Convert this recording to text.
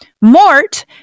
Mort